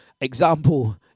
example